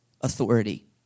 authority